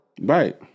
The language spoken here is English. Right